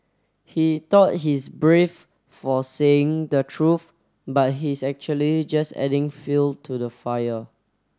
he thought he's brave for saying the truth but he's actually just adding fuel to the fire